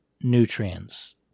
nutrients